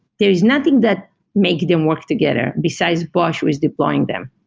there is nothing that make them work together besides but who is deploying them.